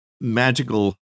Magical